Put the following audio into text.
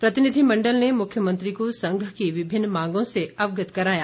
प्रतिनिधिमंडल ने मुख्यमंत्री को संघ की विभिन्न मांगों से अवगत कराया